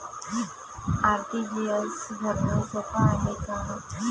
RTGS भरनं सोप हाय का?